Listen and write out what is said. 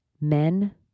Men